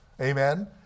amen